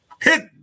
Hit